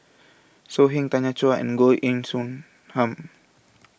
So Heng Tanya Chua and Goh Heng Soon Ham